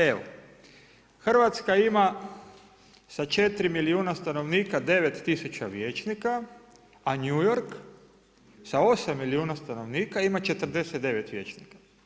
Evo, Hrvatska ima sa 4 milijuna stanovnika 9 tisuća vijećnika, New York sa 8 milijuna stanovnika ima 49 vijećnika.